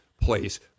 place